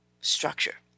Structure